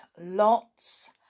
lots